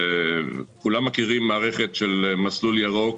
כולם מכירים מערכת של מסלול ירוק